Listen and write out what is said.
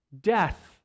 Death